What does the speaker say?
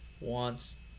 wants